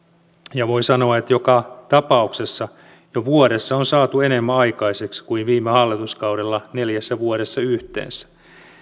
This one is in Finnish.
ja voi sanoa että joka tapauksessa jo vuodessa on saatu enemmän aikaiseksi kuin viime hallituskaudella neljässä vuodessa yhteensä